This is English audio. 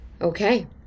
Okay